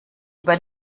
über